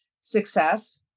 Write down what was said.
success